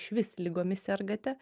išvis ligomis sergate